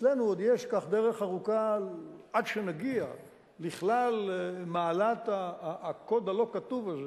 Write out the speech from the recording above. אצלנו עוד יש דרך ארוכה עד שנגיע לכלל מעלת הקוד הלא-כתוב הזה,